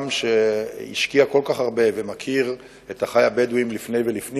חבר הכנסת עפו אגבאריה, ואחריו, חבר הכנסת אופיר